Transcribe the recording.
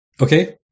Okay